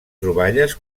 troballes